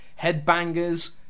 Headbangers